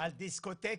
על דיסקוטקים,